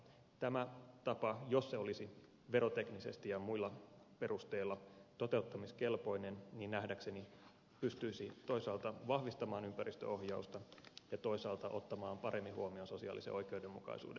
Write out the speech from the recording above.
tämä tapa jos se olisi veroteknisesti ja muilla perusteilla toteuttamiskelpoinen nähdäkseni pystyisi toisaalta vahvistamaan ympäristöohjausta ja toisaalta ottamaan paremmin huomioon sosiaalisen oikeudenmukaisuuden